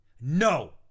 no